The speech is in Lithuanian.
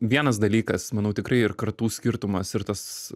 vienas dalykas manau tikrai ir kartų skirtumas ir tas